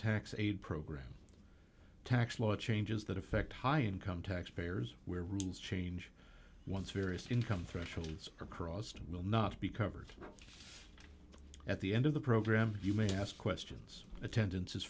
tax aid program tax law changes that affect high income taxpayers where rules change once various income freshens are crossed will not be covered at the end of the program you may ask questions attendance is